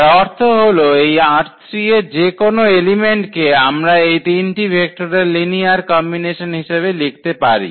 তার অর্থ হলো এই ℝ3 এর যেকোনো এলিমেন্ট কে আমরা এই তিনটি ভেক্টরের লিনিয়ার কম্বিনেশন হিসেবে লিখতে পারি